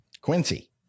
Quincy